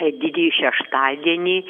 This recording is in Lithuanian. didįjį šeštadienį